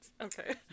Okay